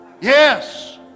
Yes